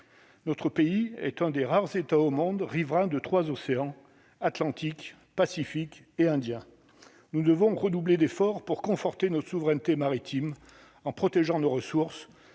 notre pays est un des rares États au monde, riverain de 3 océans Atlantique, Pacifique et Indien, nous devons redoubler d'effort pour conforter nos souveraineté maritime en protégeant nos ressources